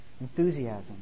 enthusiasm